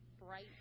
bright